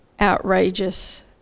outrageous